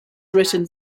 written